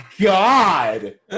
God